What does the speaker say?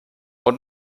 und